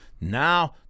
Now